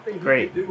great